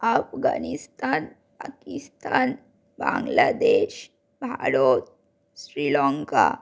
Afghanistan Pakistan Bangladesh Bharat Sri Lanka